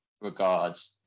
regards